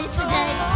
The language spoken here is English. today